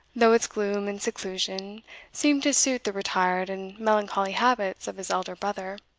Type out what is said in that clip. though its gloom and seclusion seemed to suit the retired and melancholy habits of his elder brother.